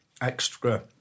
extra